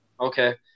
Okay